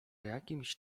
jakimś